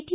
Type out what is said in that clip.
T